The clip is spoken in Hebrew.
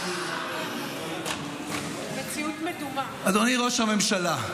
נכבדה, אדוני ראש הממשלה,